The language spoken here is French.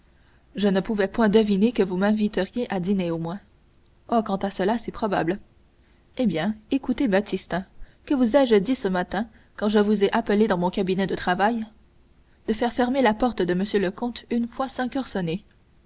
je ne pouvais point deviner que vous m'inviteriez à dîner au moins oh quant à cela c'est probable eh bien écoutez baptistin que vous ai-je dit ce matin quand je vous ai appelé dans mon cabinet de travail de faire fermer la porte de m le comte une fois cinq heures